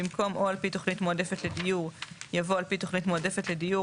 במקום "או על פי תכנית מועדפת לדיור" יבוא "על פי תוכנית מועדפת לדיור